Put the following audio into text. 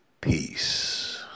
peace